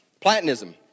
Platonism